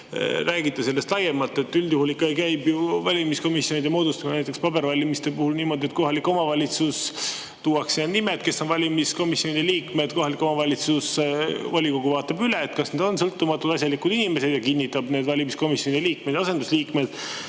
räägite sellest laiemalt? Üldjuhul ikkagi käib ju valimiskomisjonide moodustamine, näiteks pabervalimiste puhul, niimoodi, et kohalikku omavalitsusse tuuakse nende nimed, kes on valimiskomisjoni liikmed, kohaliku omavalitsuse volikogu vaatab üle, kas need on sõltumatud, asjalikud inimesed, ja kinnitab need valimiskomisjoni liikmed ja asendusliikmed,